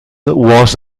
was